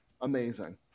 amazing